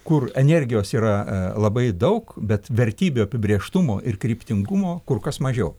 kur energijos yra labai daug bet vertybių apibrėžtumo ir kryptingumo kur kas mažiau